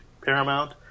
Paramount